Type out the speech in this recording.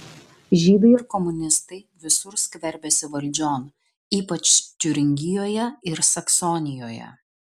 žydai ir komunistai visur skverbiasi valdžion ypač tiuringijoje ir saksonijoje